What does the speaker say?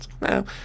no